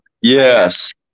yes